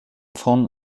von